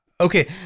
Okay